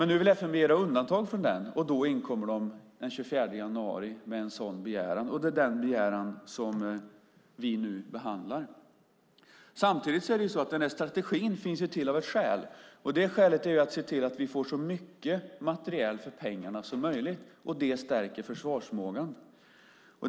Nu vill FMV göra undantag från den, och den 24 januari inkom man med en sådan begäran, och det är denna begäran som vi nu behandlar. Samtidigt finns denna strategi av ett skäl, och detta skäl är att se till att vi får så mycket materiel som möjligt för pengarna. Det stärker försvarsförmågan.